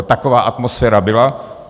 Taková atmosféra byla.